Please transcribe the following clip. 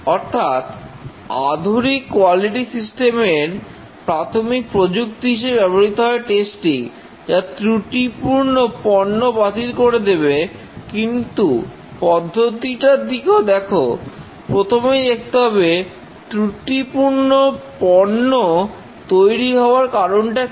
অর্থাৎ আধুনিক quality system এরো প্রাথমিক প্রযুক্তি হিসেবে ব্যবহৃত হয় টেস্টিং যা ত্রুটিপূর্ণ পণ্য বাতিল করে দেবে কিন্তু পদ্ধতিটার দিকেও দেখো প্রথমেই দেখতে হবে ত্রুটিপূর্ণ পণ্য তৈরি হবার কারণটা কি